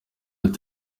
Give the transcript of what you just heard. ati